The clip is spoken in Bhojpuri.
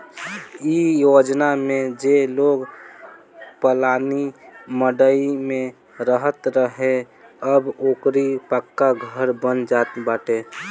इ योजना में जे लोग पलानी मड़इ में रहत रहे अब ओकरो पक्का घर बन जात बाटे